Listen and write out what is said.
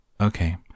Okay